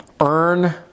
Earn